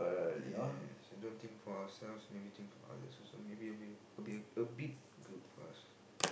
yes think for ourselves maybe think for others also maybe be a bit good for us